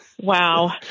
Wow